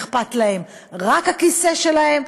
אכפת להם רק הכיסא שלהם,